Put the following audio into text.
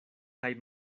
kaj